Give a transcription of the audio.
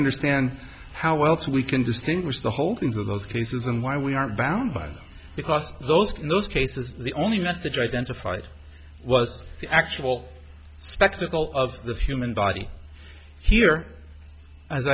understand how else we can distinguish the holdings of those cases and why we are bound by because those in those cases the only message identified was the actual spectacle of the few men body here as